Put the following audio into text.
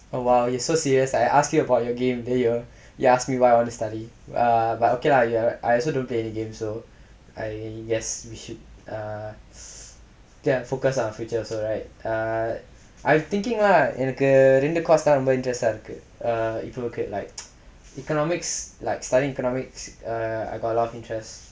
oh !wow! you're so serious I ask you about your game then you you ask me what I want to study uh but okay lah ya I also don't play games so I guess we should err focus lah on future also right err I thinking lah எனக்கு ரெண்டு:enakku rendu course தா ரொம்ப:thaa romba interest ah இருக்கு:irukku eh like economics like studying economics err I got a lot of interests